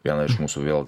viena iš mūsų vėl